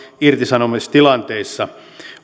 irtisanomistilanteissa